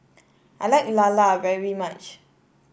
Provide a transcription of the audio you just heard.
I like lala very much